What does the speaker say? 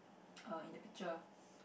err in the picture